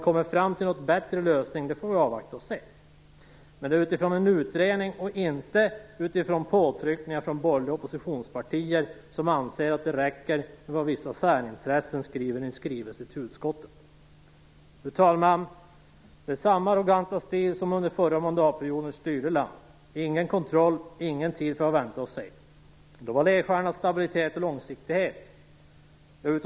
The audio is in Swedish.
Vi får avvakta och se om utredningen kommer fram till någon bättre lösning. De borgerliga oppositionspartierna anser att det räcker med en skrivelse från vissa särintressen till utskottet. Stilen hos de borgerliga partierna är lika arrogant nu som när de styrde landet under förra mandatperioden - ingen kontroll och ingen tid för att vänta och se. Då var ledstjärnan stabilitet och långsiktighet.